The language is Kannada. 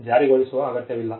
ಜಾರಿಗೊಳಿಸುವ ಅಗತ್ಯವಿಲ್ಲ